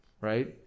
right